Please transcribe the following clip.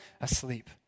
asleep